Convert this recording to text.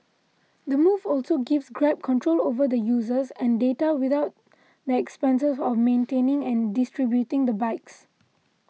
the move also gives Grab control over the users and data without the expenses of maintaining and distributing the bikes